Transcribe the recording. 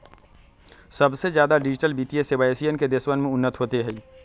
सबसे ज्यादा डिजिटल वित्तीय सेवा एशिया के देशवन में उन्नत होते हई